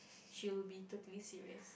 she will be totally serious